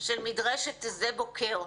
של מדרשת שדה בוקר.